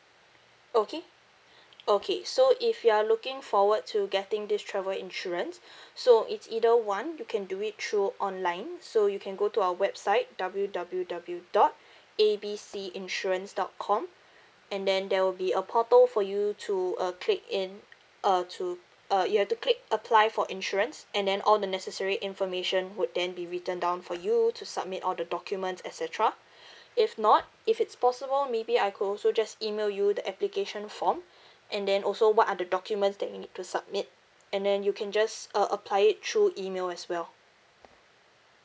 okay okay so if you are looking forward to getting this travel insurance so it's either one you can do it through online so you can go to our website W_W_W dot A B C insurance dot com and then there will be a portal for you to uh click in uh to uh you have to click apply for insurance and then all the necessary information would then be written down for you to submit all the documents et cetera if not if it's possible maybe I could also just email you the application form and then also what are the documents that you need to submit and then you can just uh apply it through email as well